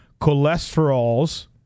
cholesterols